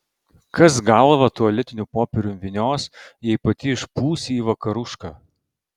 kas galvą tualetiniu popieriumi vynios jei pati išpūsi į vakarušką